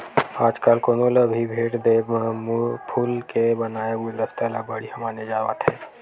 आजकाल कोनो ल भी भेट देय म फूल के बनाए गुलदस्ता ल बड़िहा माने जावत हे